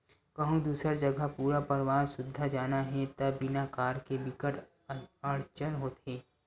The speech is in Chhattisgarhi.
कहूँ दूसर जघा पूरा परवार सुद्धा जाना हे त बिना कार के बिकट अड़चन होथे